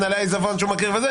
ומנהלי העיזבון שהוא מכיר וכו'.